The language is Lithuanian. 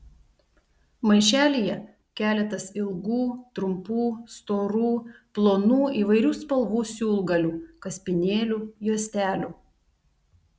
maišelyje keletas ilgų trumpų storų plonų įvairių spalvų siūlgalių kaspinėlių juostelių